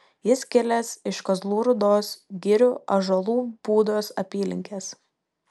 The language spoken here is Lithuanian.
jis kilęs iš kazlų rūdos girių ąžuolų būdos apylinkės